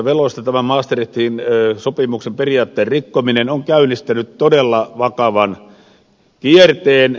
tämä maastrichtin sopimuksen periaatteen rikkominen on käynnistänyt todella vakavan kierteen